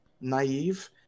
naive